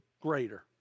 greater